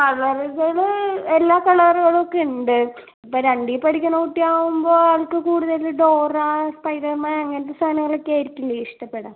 കളറുകൾ എല്ലാ കളറുകളൊക്കെ ഉണ്ട് ഇപ്പം രണ്ടിൽ പഠിക്കുന്ന കുട്ടി ആവുമ്പോൾ അവർക്ക് കൂടുതൽ ഡോറ സ്പൈഡർമാൻ അങ്ങനത്തെ സാധനങ്ങളൊക്കെ ആയിരിക്കില്ലേ ഇഷ്ടപ്പെടുക